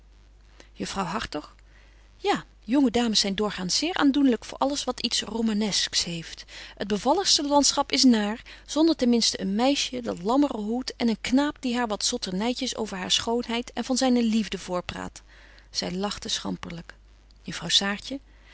juffrouw hartog ja jonge dames zyn doorgaans zeer aandoenlyk voor alles wat iets romanesks heeft het bevalligste landschap is naar zonder ten minsten een meisje dat lammeren hoedt en een knaap die haar wat zotternytjes over haar schoonheid en van zyne liefde voorpraat zy